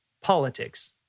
politics